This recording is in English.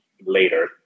later